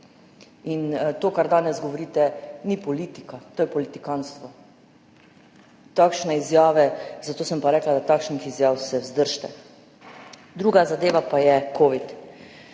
To, kar danes govorite, ni politika, to je politikantstvo, takšne izjave. Zato sem pa rekla, da se takšnih izjav vzdržite. Druga zadeva pa je covid.